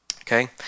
Okay